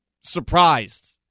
surprised